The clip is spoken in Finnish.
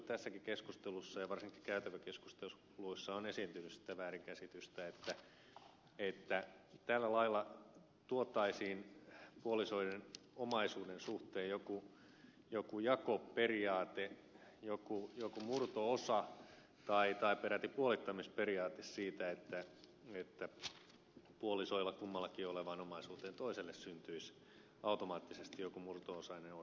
tässäkin keskustelussa ja varsinkin käytäväkeskusteluissa on esiintynyt sitä väärinkäsitystä että tällä lailla tuotaisiin puolisoiden omaisuuden suhteen joku jakoperiaate joku murto osa tai peräti puolittamisperiaate siten että kummallakin puolisolla olevaan omaisuuteen toiselle syntyisi automaattisesti joku murto osainen oikeus